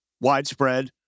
widespread